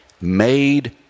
made